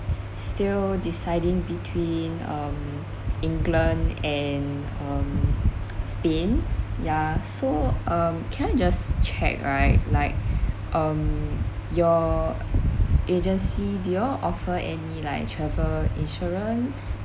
still deciding between um england and um spain yeah so um can I just check right like um your agency did you all offer any like travel insurance